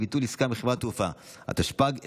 (אחוז החסימה בבחירות לוועד מקומי), התשפ"ג 2023,